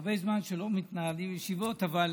הרבה זמן שלא מתנהלות ישיבות, אבל